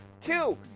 Two